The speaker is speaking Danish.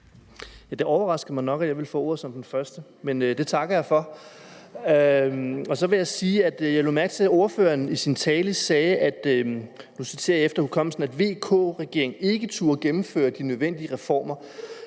Det overrasker mig nok, at jeg ville få ordet som den første, men det takker jeg for. Så vil jeg sige, at jeg lagde mærke til, at ordføreren i sin tale sagde – nu citerer jeg efter hukommelsen – at VK-regeringen ikke turde gennemføre de nødvendige reformer.